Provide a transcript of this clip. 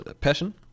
passion